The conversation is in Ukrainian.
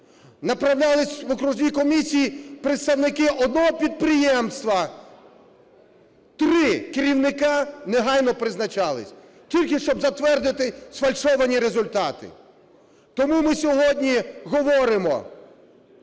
направлялися в окружні комісії представники одного підприємства, три керівника негайно призначалися, тільки щоб затвердити сфальшовані результати. Тому ми сьогодні говоримо: